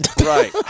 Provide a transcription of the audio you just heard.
Right